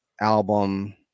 album